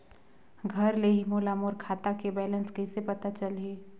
घर ले ही मोला मोर खाता के बैलेंस कइसे पता चलही?